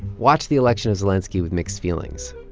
watched the election of zelenskiy with mixed feelings.